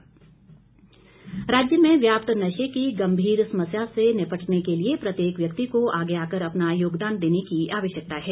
CM राज्य में व्यापत नशे की गंभीर समस्या से निपटने के लिए प्रत्येक व्यक्ति को आगे आकर अपना योगदान देने की आवश्यकता है